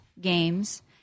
games